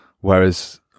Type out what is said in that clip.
whereas